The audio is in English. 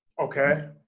Okay